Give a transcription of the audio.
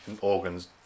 organs